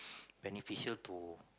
beneficial to